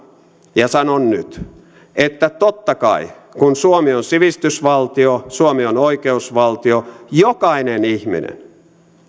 ja sanon nyt että totta kai kun suomi on sivistysvaltio suomi on oikeusvaltio jokainen ihminen